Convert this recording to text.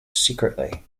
secretly